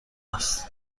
است